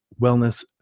wellness